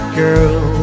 girl